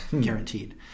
guaranteed